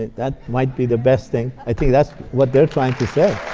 that might be the best thing. i think that's what they're trying to say.